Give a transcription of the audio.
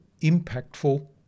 impactful